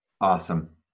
Awesome